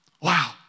Wow